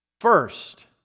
First